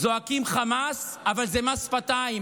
זועקים חמס, אבל זה מס שפתיים.